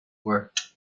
worked